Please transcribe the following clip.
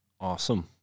Awesome